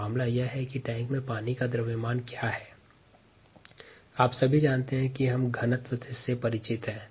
प्रश्न यह है कि टैंक में पानी का द्रव्यमान क्या है